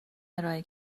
ارائه